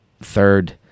third